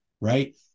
right